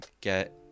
get